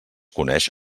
coneix